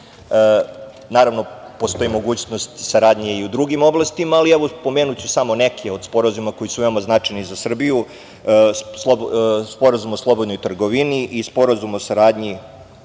naravno, postoji mogućnost saradnje i u drugim oblastima, ali, evo, pomenuću samo neke od sporazuma koji su veoma značajni za Srbiju – Sporazum o slobodnoj trgovini i Sporazum o saradnji u